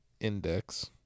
Index